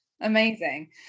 Amazing